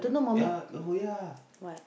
ya oh ya